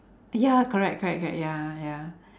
ya correct correct correct ya ya